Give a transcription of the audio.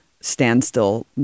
standstill